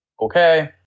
Okay